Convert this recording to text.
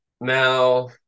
Now